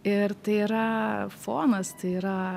ir tai yra fonas tai yra